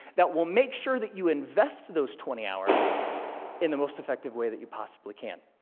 that will make sure that you invest those twenty hours in the most effective way that you possibly can.